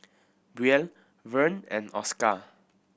Brielle Vern and Oscar